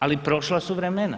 Ali prošla su vremena.